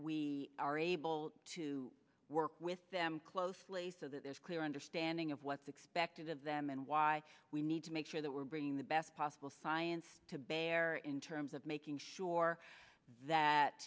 we are able to work with them closely so that it's clear understanding of what's expected of them and why we need to make sure that we're bringing the best possible science to bear in terms of making sure